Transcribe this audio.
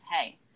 Hey